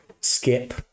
skip